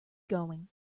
going